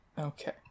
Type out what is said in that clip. Okay